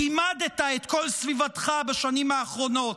גימדת את כל סביבתך בשנים האחרונות,